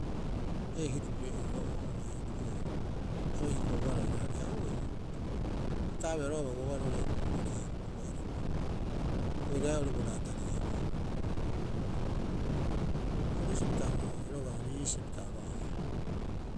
Ei hirureero'oo abai hukuhe abai hokobohara oiraarei. Ha uei ta a beehara roga'a roo'ore bauaaba okuu'ita haia kupa'iripa oo'ore bo raataribaa. Ori iisio pita aba'oehara.